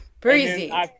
Breezy